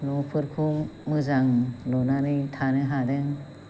न'फोरखौ मोजां लुनानै थानो हादों